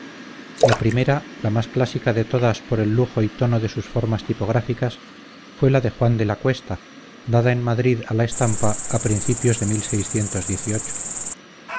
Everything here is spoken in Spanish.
la primera la más clásica de todas por el lujo y tono de sus formas tipográficas fue la de juan de la cuesta dada en madrid a la estampa a principios de